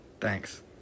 Thanks